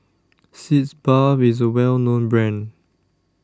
Sitz Bath IS A Well known Brand